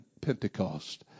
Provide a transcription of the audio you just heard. Pentecost